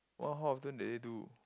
what how often did they do